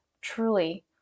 truly